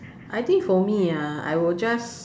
I think for me ah I will just